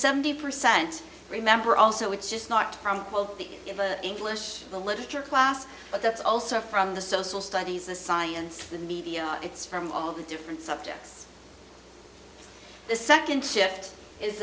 the percent remember also it's just not from the english literature class but that's also from the social studies the science the media it's from all of the different subjects the second shift is